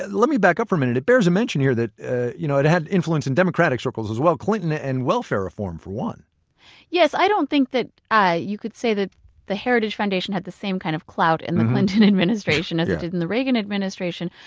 let me back up for a minute. it bears a mention here that you know it had influence in democratic circles as well clinton and welfare reform, for one yes. i don't think that you could say that the heritage foundation had the same kind of clout in the clinton administration as it did in the reagan administration.